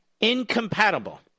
Incompatible